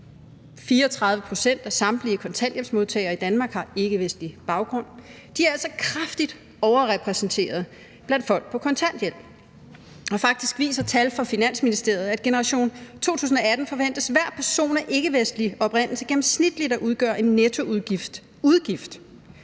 34 pct. af samtlige kontanthjælpsmodtagere i Danmark har ikkevestlig baggrund. De er altså kraftigt overrepræsenteret blandt folk på kontanthjælp. Faktisk viser tal fra Finansministeriet, at af generation 2018 forventes hver person af ikkevestlig oprindelse gennemsnitligt at udgøre en nettoudgift